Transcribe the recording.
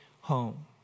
home